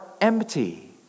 empty